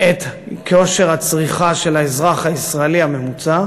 את כושר הצריכה של האזרח הישראלי הממוצע,